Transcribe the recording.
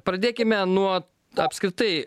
pradėkime nuo apskritai